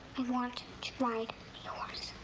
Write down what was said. i want to ride a horse.